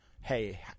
hey